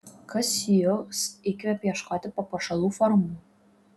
kas jus įkvepia ieškoti papuošalų formų